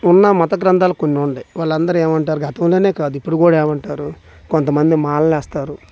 ఉన్న మత గ్రంథాలు కొన్ని ఉండవి వాళ్ళందరూ ఏమి అంటారు అంటే గతంలోనే కాదు ఇప్పుడు కూడా ఏమి అంటారు కొంతమంది మాలలు వేస్తారు